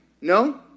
No